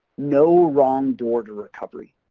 no wrong door to recovery.